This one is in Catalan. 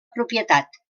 propietat